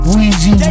Weezy